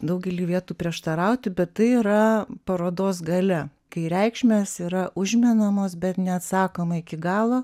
daugely vietų prieštarauti bet tai yra parodos galia kai reikšmės yra užmenamos bet neatsakoma iki galo